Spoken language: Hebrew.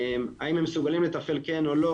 האם הם מסוגלים לתפעל כן או לא,